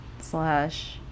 slash